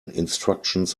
instructions